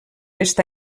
està